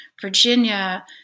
Virginia